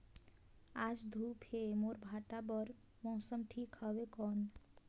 आज धूप हे मोर भांटा बार मौसम ठीक हवय कौन?